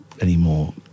anymore